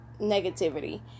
negativity